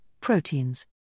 proteins